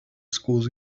schools